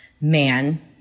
Man